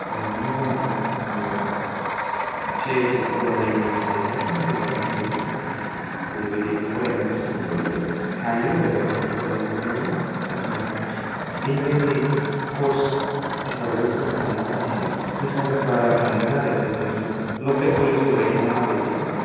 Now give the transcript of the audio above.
औ मोजाङानो C I T आव फरायलायनो हायोब्लाथ' मोजाङानो जुदि जेरैबायदि फरायनो गोसो बेबायदि हायो आरो बेवहाय फरायोब्ला बिदिनो गाज्रि नङा एनुवेलि कर्स हिसाबै बुंनो थाङोबा एसे फैसा बारा थांगोन आरो ओरैनो लकेल कलेजफोर बायदि नङा नालाय बेयो